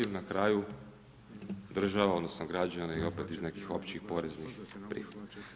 Na kraju država odnosno građani opet iz nekih općih poreznih prihoda.